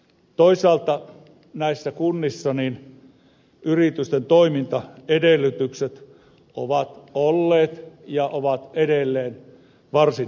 toisaalta näissä kunnissa yritysten toimintaedellytykset ovat olleet ja ovat edelleen varsin haasteelliset